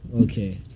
Okay